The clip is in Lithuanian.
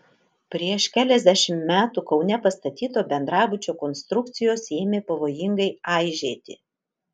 prieš keliasdešimt metų kaune pastatyto bendrabučio konstrukcijos ėmė pavojingai aižėti